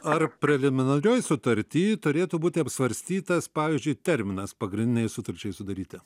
ar preliminarioj sutarty turėtų būti apsvarstytas pavyzdžiui terminas pagrindinei sutarčiai sudaryti